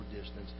distance